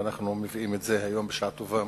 ואנחנו מביאים את זה היום בשעה טובה